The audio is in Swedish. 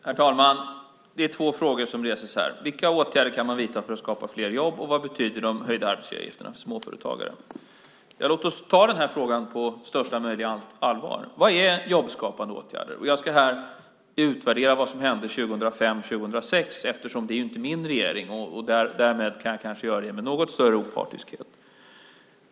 Herr talman! Det är två frågor som reses här: Vilka åtgärder kan man vidta för att skapa fler jobb, och vad betyder de höjda arbetsgivaravgifterna för småföretagare? Låt oss ta frågorna på största möjliga allvar. Vad är jobbskapande åtgärder? Jag ska här utvärdera vad som hände 2005 och 2006, eftersom det då inte var min regering som styrde och jag därmed kanske kan göra det med något större opartiskhet.